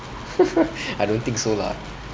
I don't think so lah